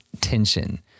tension